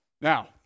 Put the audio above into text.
Now